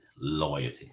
loyalty